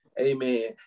Amen